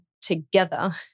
together